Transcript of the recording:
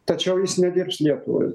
tačiau jis nedirbs lietuvai